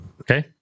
Okay